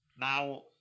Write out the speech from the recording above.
now